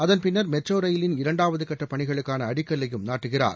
அதன் பின்னர் மெட்ரோ ரயிலின் இரண்டாவதுகட்டப் பணிகளுக்கான அடிக்கல்லையும் நாட்டுகிறார்